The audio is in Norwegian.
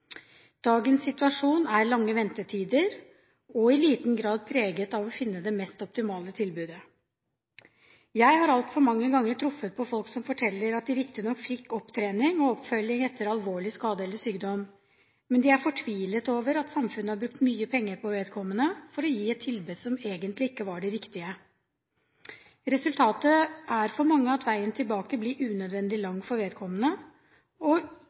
Dagens situasjon er lang ventetid og er i liten grad preget av å finne det mest optimale tilbudet. Jeg har altfor mange ganger truffet på folk som forteller at de riktignok fikk opptrening og oppfølging etter alvorlig skade eller sykdom, men de er fortvilt over at samfunnet har brukt mye penger på dem for å gi et tilbud som egentlig ikke var det riktige. Resultatet er for mange at veien tilbake blir unødvendig lang og dermed unødvendig dyr for